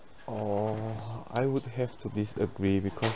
oh I would have to disagree because